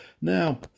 Now